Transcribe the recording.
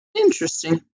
Interesting